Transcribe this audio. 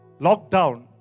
lockdown